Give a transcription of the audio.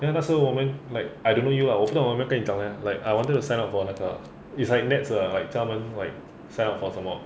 then 那时候我们 like I don't know you lah 我们不懂我有没有跟你讲 leh like I wanted to sign up for 那个 is like nets 的 like 叫他们 like sign up for 什么